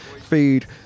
feed